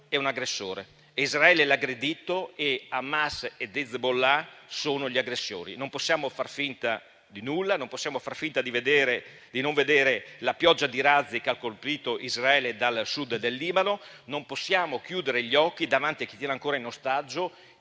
e un aggressore, e Israele è l'aggredito e Hamas ed Hezbollah sono gli aggressori. Non possiamo far finta di nulla, non possiamo far finta di non vedere la pioggia di razzi che ha colpito Israele dal Sud del Libano. Non possiamo chiudere gli occhi davanti a chi tiene ancora in ostaggio